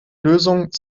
lösung